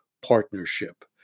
partnership